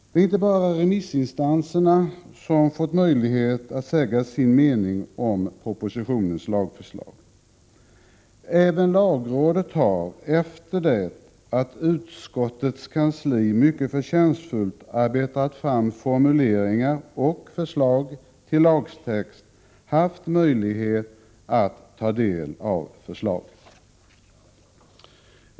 Det är inte bara remissinstanserna som fått möjlighet att säga sin mening om propositionens lagförslag. Även lagrådet har, efter det att utskottets kansli mycket förtjänstfullt arbetat fram formuleringar och förslag till lagtext, haft möjlighet att ta del av förslaget.